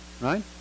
Right